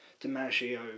DiMaggio